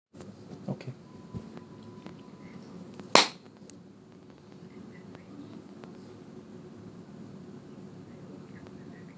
okay